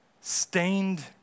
stained